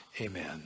amen